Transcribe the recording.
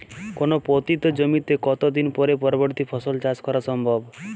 কোনো পতিত জমিতে কত দিন পরে পরবর্তী ফসল চাষ করা সম্ভব?